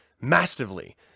Massively